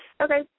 Okay